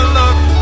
love